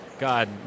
god